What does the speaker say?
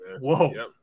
Whoa